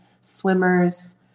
swimmers